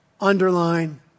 underline